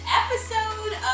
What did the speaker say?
episode